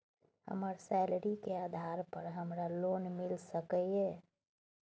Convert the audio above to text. हमर सैलरी के आधार पर हमरा लोन मिल सके ये?